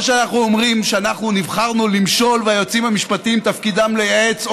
או שאנחנו אומרים: אנחנו נבחרנו למשול והיועצים המשפטיים תפקידם לייעץ,